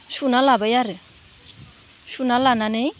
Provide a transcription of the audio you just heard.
सुना लाबाय आरो सुना लानानै